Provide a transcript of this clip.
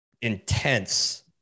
intense